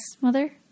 Mother